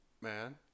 man